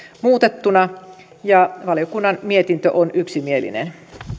muutettuna ja valiokunnan mietintö on yksimielinen